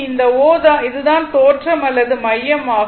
இந்த O இது தான் தோற்றம் அல்லது மையம் ஆகும்